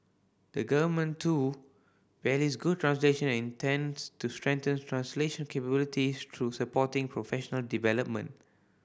the Government too values good translation and intends to strengthen translation capabilities through supporting professional development